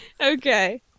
Okay